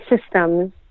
systems